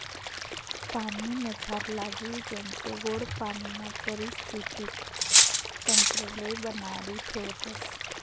पाणीमझारला जीव जंतू गोड पाणीना परिस्थितीक तंत्रले बनाडी ठेवतस